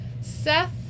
Seth